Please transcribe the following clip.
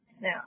Now